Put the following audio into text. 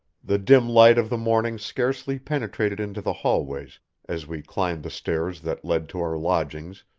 the dim light of the morning scarcely penetrated into the hallways as we climbed the stairs that led to our lodgings,